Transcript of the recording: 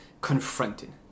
confronted